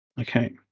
Okay